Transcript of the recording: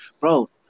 bro